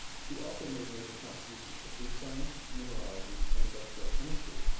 she also made major contributions to food science, mineralogy, and industrial chemistry.